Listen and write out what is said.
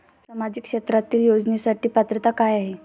सामाजिक क्षेत्रांतील योजनेसाठी पात्रता काय आहे?